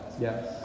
Yes